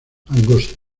angosto